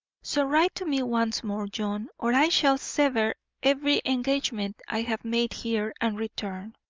so write to me once more, john, or i shall sever every engagement i have made here and return.